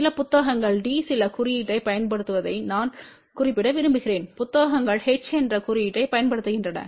சில புத்தகங்கள் d சில குறியீட்டைப் பயன்படுத்துவதை நான் குறிப்பிட விரும்புகிறேன் புத்தகங்கள் h என்ற குறியீட்டைப் பயன்படுத்துகின்றன